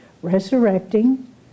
resurrecting